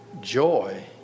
joy